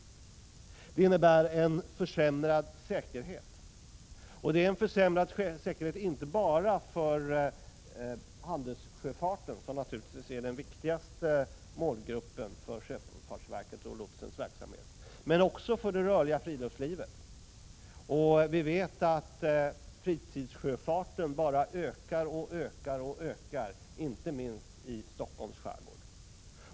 De innebär en försämrad säkerhet, inte bara för handelssjöfarten, som naturligtvis är den viktigaste målgruppen för sjöfartsverkets och lotsarnas verksamhet, utan också för det rörliga friluftslivet. Vi vet att fritidssjöfarten ökar alltmer inte minst i Stockholms skärgård.